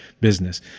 business